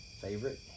favorite